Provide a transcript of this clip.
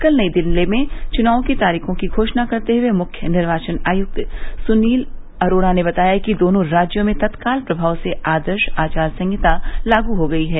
कल नई दिल्ली में चुनाव की तारीखों की घोषणा करते हुए मुख्य निर्वाचन आयक्त सुनील अरोड़ा ने बताया कि दोनों राज्यों में तत्काल प्रमाव से आदर्श आचार संहिता लागू हो गई है